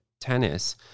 tennis